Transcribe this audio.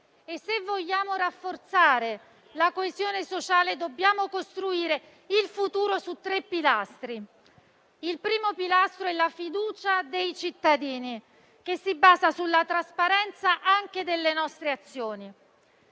Se vogliamo rafforzare la coesione sociale, dobbiamo costruire il futuro su tre pilastri. Il primo è la fiducia dei cittadini, che si basa sulla trasparenza anche delle nostre azioni;